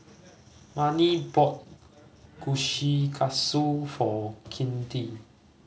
Marni bought Kushikatsu for Kinte